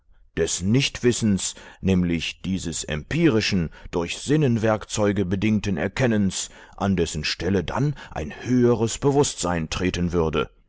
des nichtwissens nämlich dieses empirischen durch sinnenwerkzeuge bedingten erkennens an dessen stelle dann ein höheres bewußtsein treten würde